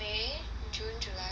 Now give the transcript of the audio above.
may june july